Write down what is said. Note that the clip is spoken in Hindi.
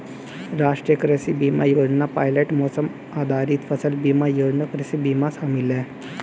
राष्ट्रीय कृषि बीमा योजना पायलट मौसम आधारित फसल बीमा योजना कृषि बीमा में शामिल है